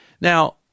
Now